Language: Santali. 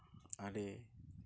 ᱟᱹᱰᱤ